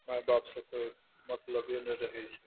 माइ बापसँ कोइ मतलबे नहि रहै छै